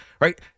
right